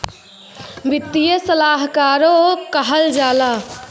वित्तीय सलाहकारो कहल जाला